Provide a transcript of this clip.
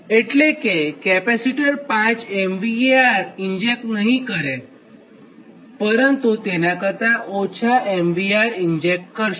એટલે કે capacitor five MVAr inject નહિં કરેતેના કરતાં ઓછા MVAr ઇન્જેક્ટ કરશે